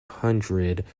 hundred